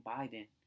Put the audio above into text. Biden